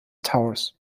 towers